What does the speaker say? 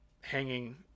hanging